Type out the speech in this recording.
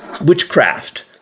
Witchcraft